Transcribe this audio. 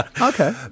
Okay